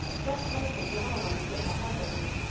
guess likely the little one's gettin' ahead lately.